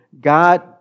God